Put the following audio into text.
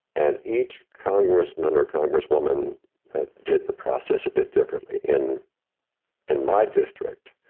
and each congressman or congresswoman did the process a bit differently. in in my district,